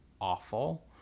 awful